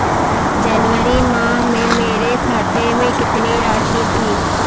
जनवरी माह में मेरे खाते में कितनी राशि थी?